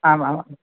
आमामाम्